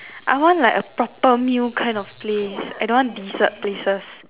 I want like a proper meal kind of place I don't want dessert places